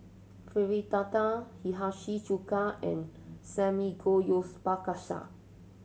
Fritada Hiyashi Chuka and Samgeyopsal